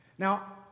Now